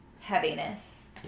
heaviness